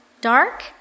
dark